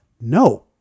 No